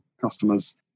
customers